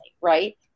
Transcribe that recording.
right